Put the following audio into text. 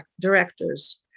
directors